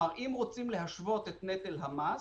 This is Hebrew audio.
אם רוצים להשוות את נטל המס,